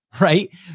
right